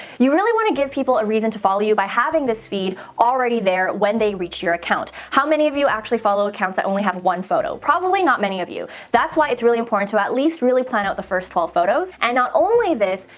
you really want to give people a reason to follow you by having this feed already there when they reach your account. how many of you actually follow accounts that only have one photo? probably not many of you. that's why it's really important to at least really plan out the first twelve photos. and not only this,